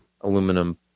aluminum